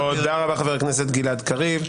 תודה רבה, חבר הכנסת גלעד קריב.